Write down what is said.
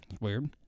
Weird